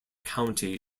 county